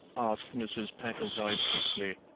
asked mrs. packletide quickly.